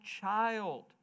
child